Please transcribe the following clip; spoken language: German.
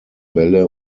bälle